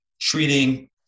treating